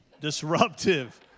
disruptive